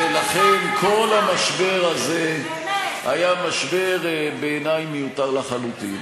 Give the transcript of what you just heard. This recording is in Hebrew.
ולכן כל המשבר הזה היה בעיני מיותר לחלוטין.